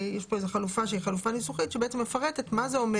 יש פה איזו חלופה שהיא חלופה ניסוחית שמפרטת מה זה אומר